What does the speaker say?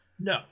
No